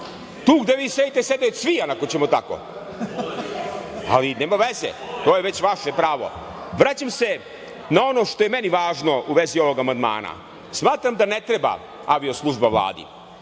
tu gde vi sedite, sedio je Cvijan, ako ćemo tako. Ali nema veze, to je već vaše pravo. Vraćam se na ono što je meni važno u vezi ovog amandmana i smatram da ne treba avio služba Vladi